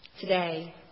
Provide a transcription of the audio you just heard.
today